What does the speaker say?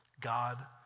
god